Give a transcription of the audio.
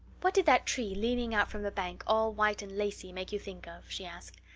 what did that tree, leaning out from the bank, all white and lacy, make you think of? she asked.